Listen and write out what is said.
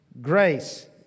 Grace